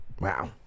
Wow